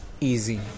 easy